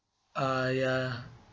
ah ya